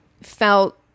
felt